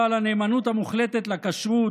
בעל הנאמנות המוחלטת לכשרות,